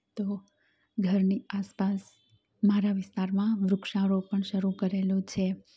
તો ઘરની આસપાસ મારા વિસ્તારમાં વૃક્ષારોપણ શરૂ કરેલું છે